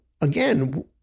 again